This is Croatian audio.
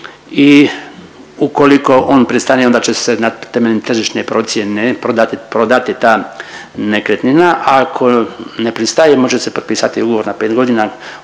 i ukoliko on pristane onda će se temeljem tržišne procjene prodati ta nekretnina, ako ne pristaje može se potpisati ugovor na pet godina